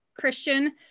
Christian